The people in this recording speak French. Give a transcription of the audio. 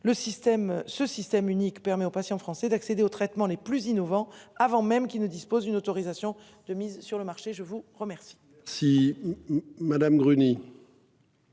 ce système unique permet aux patients français d'accéder aux traitements les plus innovants, avant même qu'il ne dispose d'une autorisation de mise sur le marché. Je vous remercie.